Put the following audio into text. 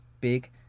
big